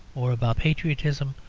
or about patriotism,